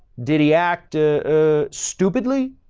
did he act a stupidly?